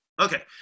Okay